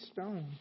stone